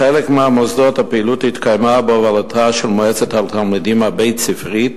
בחלק מהמוסדות הפעילות התקיימה בהובלתה של מועצת התלמידים הבית-ספרית,